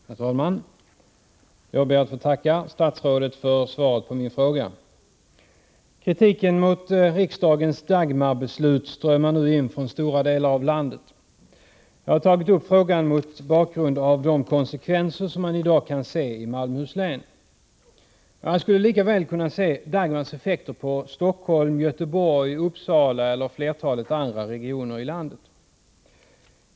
Herr talman! Jag ber att få tacka statsrådet för svaret på min fråga. Kritik mot riksdagens Dagmarbeslut strömmar nu in från stora delar av landet. Jag har tagit upp frågan mot bakgrund av de konsekvenser av detta beslut som man i dag kan se i Malmöhus län. Men effekterna av Dagmarförslaget skulle lika väl kunna gälla Stockholm, Göteborg, Uppsala och flertalet andra regioner i landet.